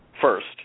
first